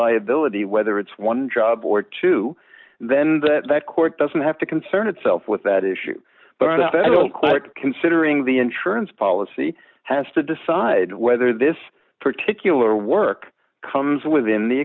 liability whether it's one job or two then that court doesn't have to concern itself with that issue but i don't quite considering the insurance policy has to decide whether this particular work comes within the